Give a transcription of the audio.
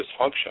dysfunction